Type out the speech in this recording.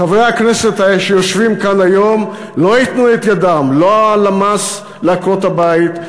חברי הכנסת שיושבים כאן היום לא ייתנו את ידם לא למס על עקרות-הבית,